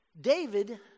David